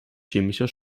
chemischer